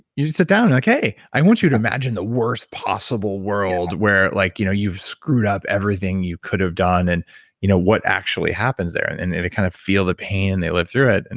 you just sit down and you're like, hey, i want you to imagine the worst possible world where like you know you've screwed up everything you could have done, and you know what actually happens there. and and they kind of feel the pain and they live through it, and